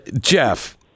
Jeff